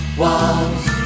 walls